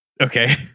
Okay